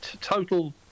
total